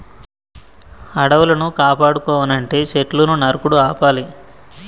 అడవులను కాపాడుకోవనంటే సెట్లును నరుకుడు ఆపాలి